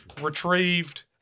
retrieved